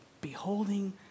beholding